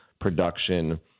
production